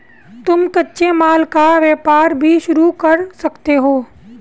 तुम कच्चे माल का व्यापार भी शुरू कर सकते हो